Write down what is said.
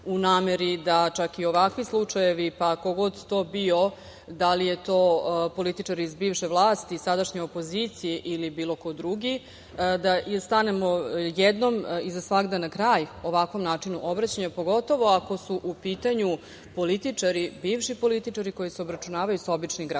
u nameri da čak i ovakvi slučajevi, pa ko god to bio, da li je to političar iz bivše vlasti, sadašnje opozicije, ili bilo ko drugi, da stanemo jednom i za svagda na kraj ovakvom načinu obraćanja, pogotovo ako su u pitanju političari, bivši političari koji se obračunavaju sa običnim građanima,